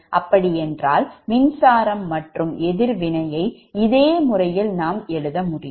அப்படி என்றால் மின்சாரம் மற்றும் எதிர்வினையை இதே முறையில் நாம் எழுத முடியும்